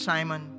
Simon